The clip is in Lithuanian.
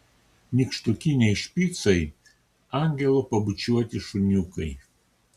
nykštukiniai špicai angelo pabučiuoti šuniukai